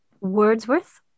Wordsworth